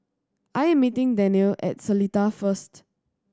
I am meeting Daniele at Seletar first